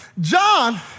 John